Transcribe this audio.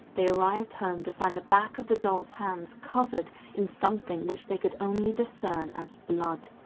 they arrived home to find the back of the doll's hand covered in something which they could only discern as blood.